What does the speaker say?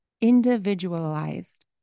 individualized